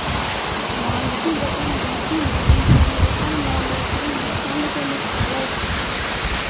Washington DC में international monetary fund के मुख्यालय बा